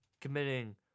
committing